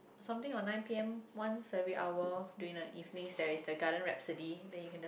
something on nine p_m once every hour during the evening there is this garden rhapsody then you can just